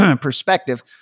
perspective